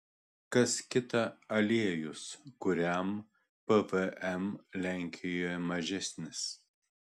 kas kita aliejus kuriam pvm lenkijoje mažesnis